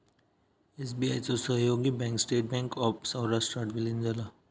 SBI चो सहयोगी bank state bank of सौराष्ट्रात विलीन झाला